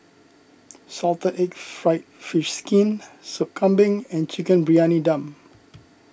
Salted Egg Fried Fish Skin Sup Kambing and Chicken Briyani Dum